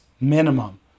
minimum